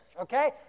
okay